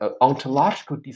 ontological